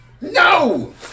No